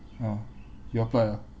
ya you applied ah